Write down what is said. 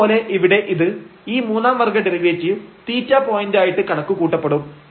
അതുപോലെ ഇവിടെ ഇത് ഈ മൂന്നാം വർഗ ഡെറിവേറ്റീവ് θ പോയന്റ് ആയിട്ട് കണക്കുകൂട്ടപ്പെടും